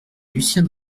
lucien